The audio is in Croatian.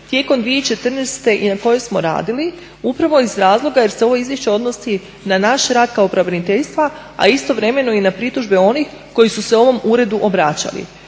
tijekom 2014. i na kojoj smo radili upravo iz razloga jer se ovo izvješće odnosi na naš rad kao pravobraniteljstva, a istovremeno i na pritužbe onih koji su se ovom uredu obraćali.